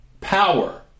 power